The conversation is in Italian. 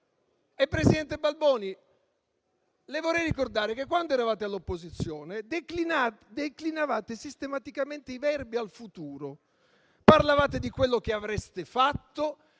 Presidente Balboni, le vorrei ricordare che quando eravate all'opposizione, declinavate sistematicamente i verbi al futuro: parlavate di quello che avreste fatto,